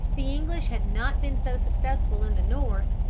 the english had not been so successful in the north.